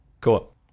cool